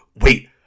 wait